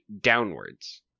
downwards